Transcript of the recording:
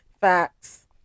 Facts